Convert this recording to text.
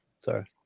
Sorry